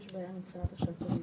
יש בעיה מבחינת איך שהצו מנוסח,